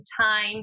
time